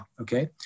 okay